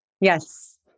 Yes